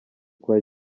twa